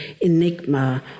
enigma